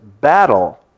battle